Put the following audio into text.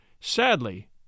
Sadly